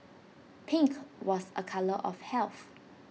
pink was A colour of health